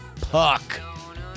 Puck